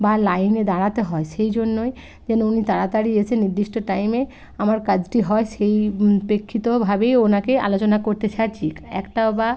বা লাইনে দাঁড়াতে হয় সেই জন্যই যেন উনি তাড়াতাড়ি এসে নির্দিষ্ট টাইমে আমার কাজটি হয় সেই প্রেক্ষিতভাবেই ওনাকে আলোচনা করতে চাইছি একটাও বা